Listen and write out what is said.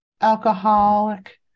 alcoholic